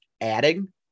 adding